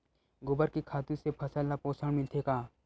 गोबर के खातु से फसल ल पोषण मिलथे का?